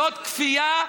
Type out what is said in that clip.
זאת כפייה.